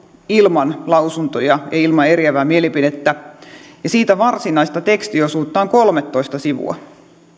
ilman lausuntoja ja ilman eriävää mielipidettä siitä varsinaista tekstiosuutta on kolmetoista sivua